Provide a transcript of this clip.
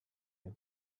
you